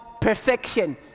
perfection